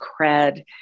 cred